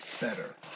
better